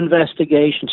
investigations